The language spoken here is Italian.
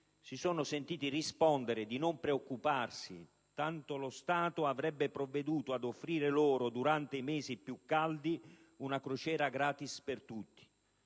si sono sentiti rispondere di non preoccuparsi, tanto lo Stato avrebbe provveduto ad offrire loro, durante i mesi più caldi, una crociera gratis per tutti,